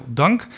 dank